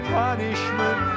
punishment